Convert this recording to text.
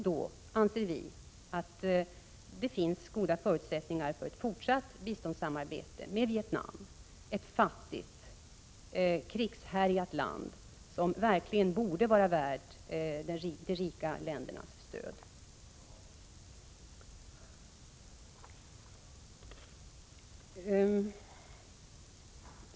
Då anser vi att det finns goda förutsättningar för fortsatt biståndssamarbete med Vietnam — ett fattigt, krigshärjat land som verkligen borde vara värt de rika ländernas stöd.